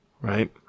right